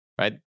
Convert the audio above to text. right